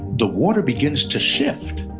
the water begins to shift.